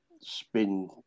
spin